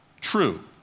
True